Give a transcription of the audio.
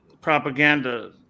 propaganda